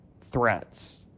threats